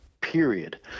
period